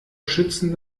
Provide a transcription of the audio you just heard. schützen